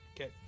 okay